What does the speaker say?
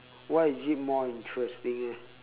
why is it more interesting eh